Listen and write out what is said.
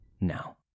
Now